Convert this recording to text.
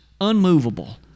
unmovable